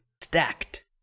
Stacked